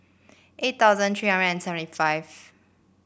eight thousand three hundred and seventy five